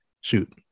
shoot